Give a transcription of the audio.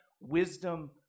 wisdom